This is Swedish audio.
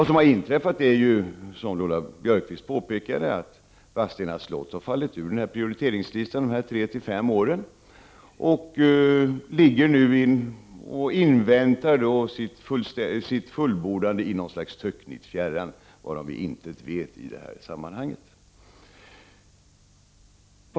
Som Lola Björkquist påpekade har Vadstena slott fallit ur prioriteringslistan under de här tre till fem åren och inväntar sitt fullbordande i ett töcknigt fjärran, varom vi intet vet i det här sammanhanget.